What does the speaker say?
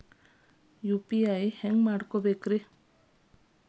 UPI ಹ್ಯಾಂಗ ಮಾಡ್ಕೊಬೇಕ್ರಿ?